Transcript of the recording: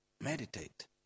Meditate